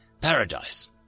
Paradise